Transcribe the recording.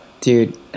dude